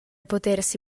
potersi